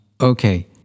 Okay